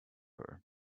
her